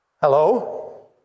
Hello